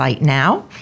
now